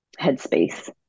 headspace